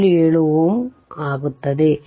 077Ω ನೀಡಲಾಗಿದೆ